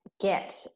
get